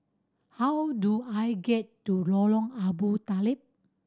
how do I get to Lorong Abu Talib